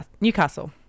Newcastle